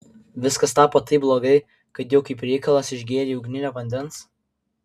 viskas tapo taip blogai kad jau kaip reikalas išgėrei ugninio vandens